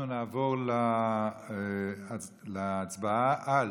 אנחנו נעבור להודעה על